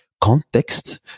context